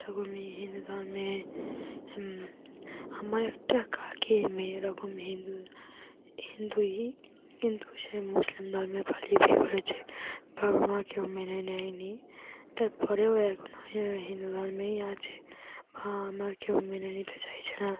এরকমই হিন্দু ধর্মে আমার একটা কাকির মেয়ে এরকম হিন্দু হিন্দুই কিন্তু সে মুসলিম ধর্মে পালিয়ে বিয়ে করেছে বাবা মা কেউ মেনে নেয়নি তারপরেও এখন হিন্দু ধর্মেই আছে বাবা মা কেউ মেনে নিতে চাইছে না